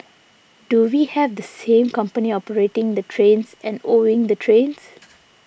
do we have the same company operating the trains and owning the trains